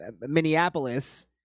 Minneapolis